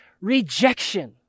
Rejection